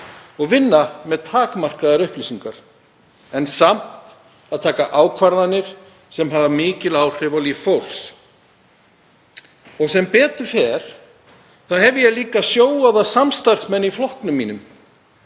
og vinna með takmarkaðar upplýsingar en samt að taka ákvarðanir sem hafa mikil áhrif á líf fólks. Sem betur fer hef ég líka sjóaða samstarfsmenn í flokknum mínum